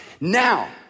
Now